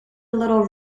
little